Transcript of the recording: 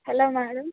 hello madam